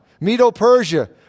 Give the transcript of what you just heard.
Medo-Persia